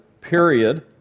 period